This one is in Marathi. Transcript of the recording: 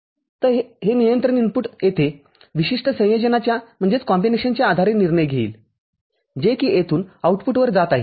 तरहे नियंत्रण इनपुट येथे विशिष्ट संयोजनाच्या आधारे निर्णय घेईल जे की येथून आउटपुटवर जात आहे